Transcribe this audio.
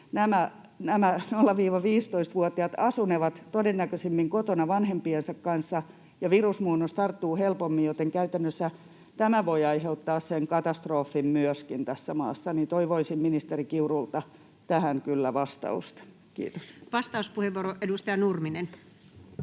0—15-vuotiaat asunevat mitä todennäköisimmin kotona vanhempiensa kanssa ja virusmuunnos tarttuu helpommin, joten käytännössä tämä voi aiheuttaa sen katastrofin myöskin tässä maassa. Toivoisin ministeri Kiurulta tähän kyllä vastausta. — Kiitos. [Speech 309] Speaker: